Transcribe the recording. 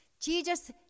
Jesus